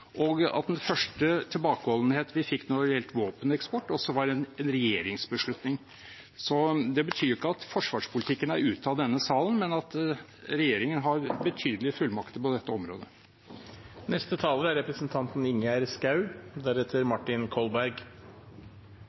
og at den første tilbakeholdenhet vi fikk når det gjaldt våpeneksport, også var en regjeringsbeslutning. Det betyr ikke at forsvarspolitikken er ute av denne salen, men at regjeringen har betydelige fullmakter på dette området. FN står i en særstilling blant mellomstatlige organisasjoner og er